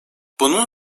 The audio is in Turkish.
bunun